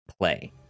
play